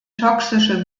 toxische